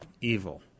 Evil